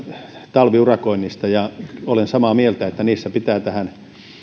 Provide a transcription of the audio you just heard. talviurakoinneista ja olen samaa mieltä että niissä pitää